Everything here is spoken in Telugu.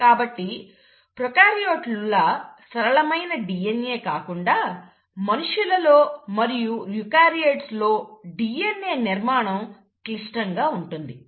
కాబట్టి ప్రోకార్యోట్లు లా సరళమైన DNA కాకుండా మనుష్యులలో మరియు యూకార్యోట్స్ లో DNA నిర్మాణం క్లిష్టంగా ఉంటుంది